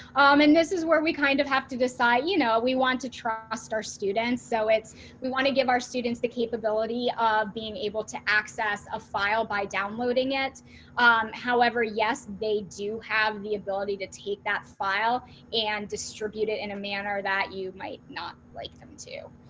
um and this is where we kind of have to decide, you know, we want to trust our students. so it's we want to give our students the capability of being able to access a file by downloading it shari beck um however, yes, they do have the ability to take that file and distribute it in a manner that you might not like them to.